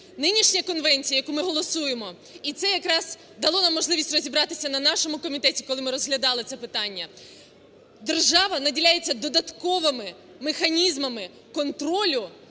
Нинішня конвенція, яку ми голосуємо, і це якраз дало нам можливість розібратися на нашому комітеті, коли ми розглядали це питання. Держава наділяється додатковими механізмами контролю